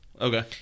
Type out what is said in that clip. Okay